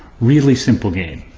really simple game.